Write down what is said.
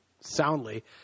soundly